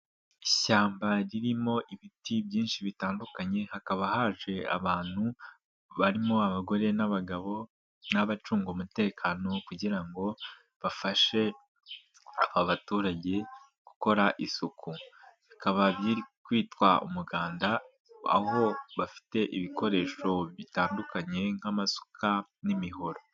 Ishyamba ririmo ibiti byinshi bitandukanye hakaba haje abantu barimo abagore n'abagabo n'abacunga umutekano kugira ngo bafashe aba baturage gukora isuku. Bikaba biri kwitwa umuganda, aho bafite ibikoresho bitandukanye nk'amasukari n'imihoro.